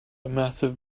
massive